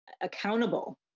accountable